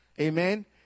Amen